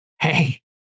hey